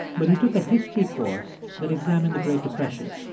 but he took a history course that examined the great depression.